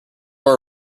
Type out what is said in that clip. door